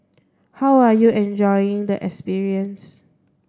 how are you enjoying the experience